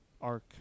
arc